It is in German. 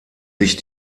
sich